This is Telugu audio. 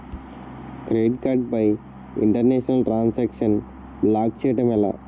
క్రెడిట్ కార్డ్ పై ఇంటర్నేషనల్ ట్రాన్ సాంక్షన్ బ్లాక్ చేయటం ఎలా?